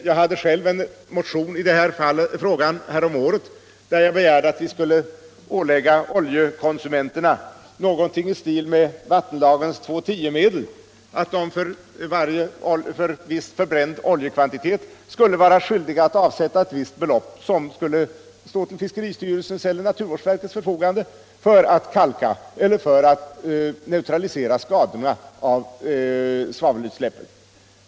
Jag hade själv en motion i frågan häromåret, där jag begärde att vi skulle ålägga oljekonsumenterna att betala någonting i stil med vattenlagens 2:10-medel så att de för en viss förbränd oljekvantitet skulle vara skyldiga att avsätta ett visst belopp, som skulle stå till fiskeristyrelsens eller naturvårdsverkets förfogande för att neutralisera skadorna av svavelutsläppen.